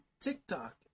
TikTok